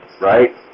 right